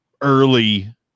early